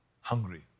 hungry